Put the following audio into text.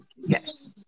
yes